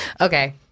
Okay